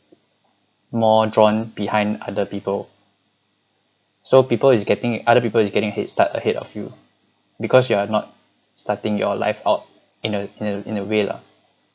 more drawn behind other people so people is getting other people is getting headstart ahead of you because you are not starting your live out in a in a in a way lah